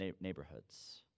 neighborhoods